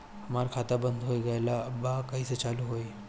हमार खाता बंद हो गइल बा कइसे चालू होई?